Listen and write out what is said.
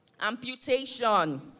Amputation